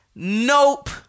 Nope